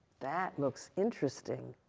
that looks interesting.